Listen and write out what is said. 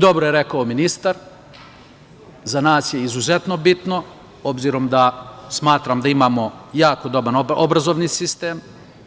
Dobro je rekao ministar, za nas je izuzetno bitno, obzirom da smatram da imamo jako dobar obrazovni sistem